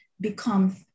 become